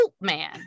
man